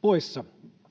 poissa.